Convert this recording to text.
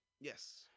Yes